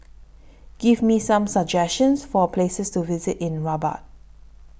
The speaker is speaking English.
Give Me Some suggestions For Places to visit in Rabat